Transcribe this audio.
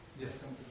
yes